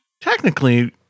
technically